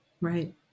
Right